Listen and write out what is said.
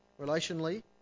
relationally